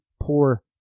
poor